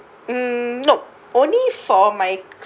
mm nope only for my